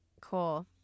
cool